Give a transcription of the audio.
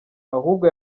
ahubwo